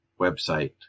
website